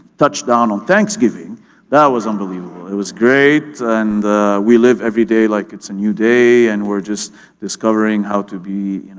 touch down on thanksgiving that was unbelievable. it was great, and we live every day like it's a new day, day, and we're just discovering how to be